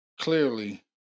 clearly